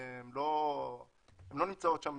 הן לא נמצאות שם